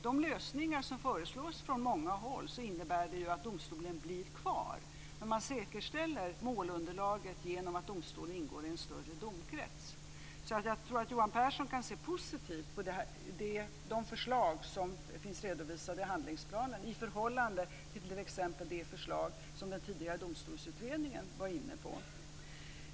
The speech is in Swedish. De lösningar som föreslås från många håll innebär att domstolen blir kvar, men man säkerställer målunderlaget genom att domstolen ingår i en större domkrets. Jag tror därför att Johan Pehrson kan se positivt på de förslag som finns redovisade i handlingsplanen i förhållande till t.ex. de förslag som den tidigare domstolsutredningen var inne på.